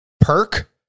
perk